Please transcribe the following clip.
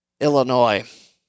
Illinois